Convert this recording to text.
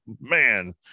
man